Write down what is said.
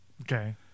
Okay